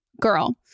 girl